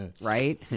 right